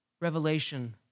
revelation